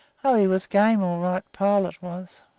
oh, he was game all right, pilot was.